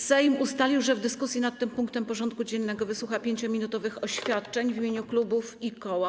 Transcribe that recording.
Sejm ustalił, że w dyskusji nad tym punktem porządku dziennego wysłucha 5-minutowych oświadczeń w imieniu klubów i koła.